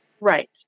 Right